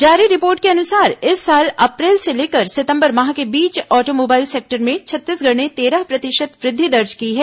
जारी रिपोर्ट के अनुसार इस साल अप्रैल से लेकर सितंबर माह के बीच ऑटोमोबाइल सेक्टर में छत्तीसगढ़ ने तेरह प्रतिशत वृद्धि दर्ज की है